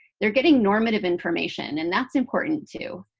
they're getting normative information. and that's important, too.